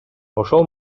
ошол